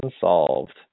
solved